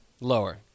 Lower